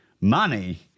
money